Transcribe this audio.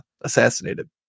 assassinated